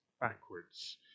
backwards